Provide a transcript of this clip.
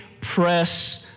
press